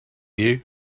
you